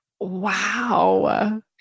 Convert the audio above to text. Wow